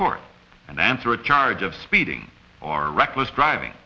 court and answer a charge of speeding or reckless driving